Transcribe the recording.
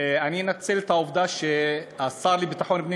אני אנצל את העובדה שהשר לביטחון פנים